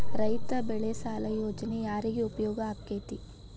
ರೈತ ಬೆಳೆ ಸಾಲ ಯೋಜನೆ ಯಾರಿಗೆ ಉಪಯೋಗ ಆಕ್ಕೆತಿ?